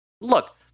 Look